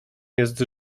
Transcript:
jest